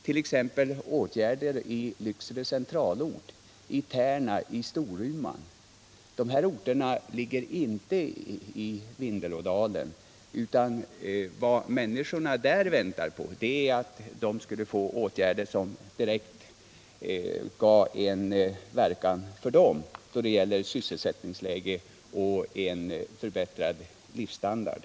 t.ex. åtgärder i Lycksele centralort. I Tärna. I Storuman. Dessa orter ligger inte i Vindelådalen. men vad människorna där väntade på var åtgärder som direkt skulle ha verkan då det gäller sysselsättningsläge och en förbättrad livsstandard.